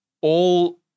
all-